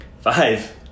Five